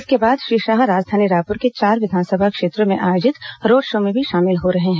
इसके बाद श्री शाह राजधानी रायपुर के चार विधानसभा क्षेत्रों में आयोजित रोड शो में भी शामिल हो रहे हैं